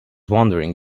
wondering